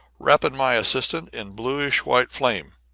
wrapping my assistant in bluish-white flame.